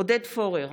עודד פורר,